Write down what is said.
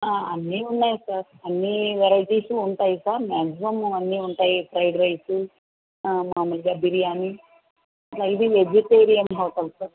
అన్నీ ఉన్నాయి సార్ అన్నీ వెరైటీసు ఉంటాయి సార్ మ్యాగ్జిమమ్ అన్నీ ఉంటాయి ఫ్రైడ్ రైస్ మామూలుగా బిర్యానీ ఇది వెజిటేరియన్ హోటల్ సార్